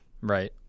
Right